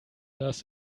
das